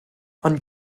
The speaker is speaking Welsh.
ond